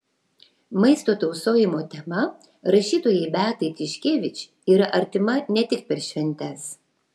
maisto tausojimo tema rašytojai beatai tiškevič yra artima ne tik per šventes